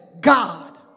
God